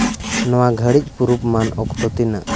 ᱱᱚᱣᱟ ᱜᱷᱟᱹᱲᱤᱡ ᱯᱩᱨᱩᱵ ᱢᱟᱹᱱ ᱚᱠᱛᱚ ᱛᱤᱱᱟᱹᱜ